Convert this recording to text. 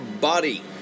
body